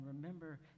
Remember